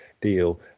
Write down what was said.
deal